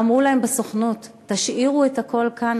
ואמרו להם בסוכנות: תשאירו את הכול כאן,